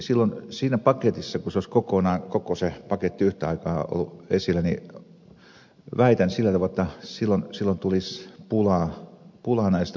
silloin siinä paketissa jos se koko se paketti olisi yhtä aikaa ollut esillä väitän sillä tavalla jotta silloin tulisi pula näistä uusiutuvista